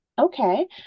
Okay